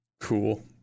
Cool